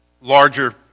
larger